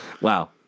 Wow